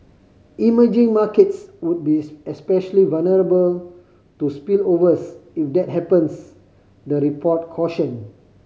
emerging markets would be especially vulnerable to spillovers if that happens the report cautioned